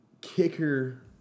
kicker